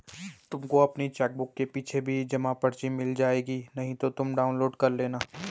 तुमको अपनी चेकबुक के पीछे भी जमा पर्ची मिल जाएगी नहीं तो तुम डाउनलोड कर लेना